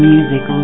Music